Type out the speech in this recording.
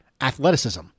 athleticism